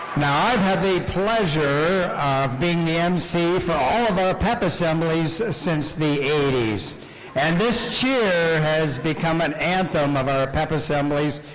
pleasure of being the mc for all of our pep assemblies since the eighty s and this cheer has become an anthem of our pep assemblies.